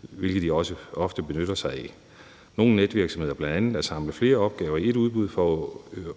hvilket de også ofte benytter sig af; nogle netvirksomheder gør det bl.a. ved at samle flere opgaver i ét udbud for at